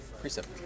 Precept